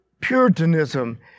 puritanism